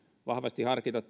vahvasti harkita